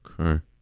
Okay